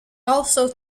also